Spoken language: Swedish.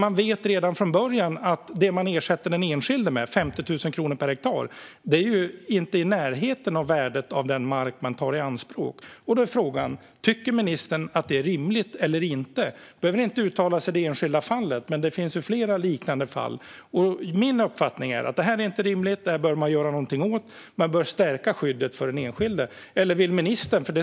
Man vet redan från början att det man ersätter den enskilde med - 50 000 kronor per hektar - inte är i närheten av värdet på den mark som man tar i anspråk. Då är frågan om ministern tycker att detta är rimligt eller inte. Han behöver inte uttala sig om det enskilda fallet; det finns fler liknande fall. Min uppfattning är att detta inte är rimligt och att man behöver göra något åt detta. Man bör stärka skyddet för den enskilde.